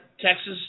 Texas